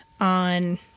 on